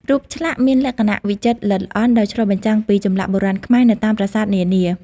រូបឆ្លាក់មានលក្ខណៈវិចិត្រល្អិតល្អន់ ដោយឆ្លុះបញ្ចាំងពីចម្លាក់បុរាណខ្មែរនៅតាមប្រាសាទនានា ។